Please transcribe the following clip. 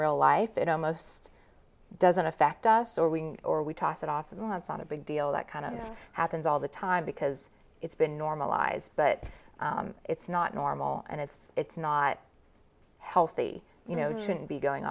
real life it almost doesn't affect us or we or we toss it off and once on a big deal that kind of happens all the time because it's been normalized but it's not normal and it's it's not healthy you know it shouldn't be going